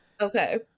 Okay